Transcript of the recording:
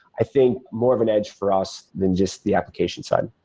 i think, more of an edge for us than just the application side.